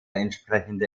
entsprechende